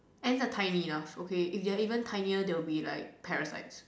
ants are tiny enough okay if they're even tinier they'll be like parasites